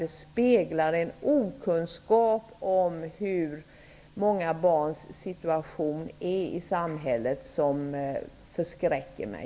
Det speglar en okunskap om många barns situation i samhället som förskräcker mig.